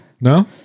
No